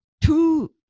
two